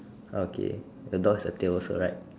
okay your dog has a tail also right